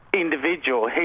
Individual